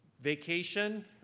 vacation